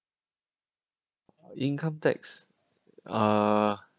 income tax err